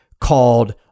called